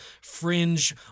fringe